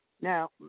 Now